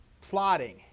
Plotting